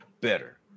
better